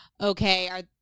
okay